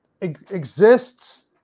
exists